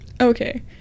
Okay